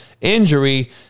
injury